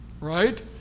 right